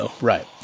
Right